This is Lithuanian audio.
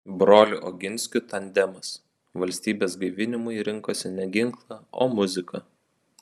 brolių oginskių tandemas valstybės gaivinimui rinkosi ne ginklą o muziką